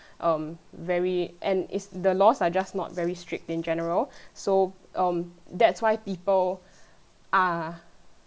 um very and it's the laws are just not very strict in general so um that's why people are